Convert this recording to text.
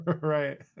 right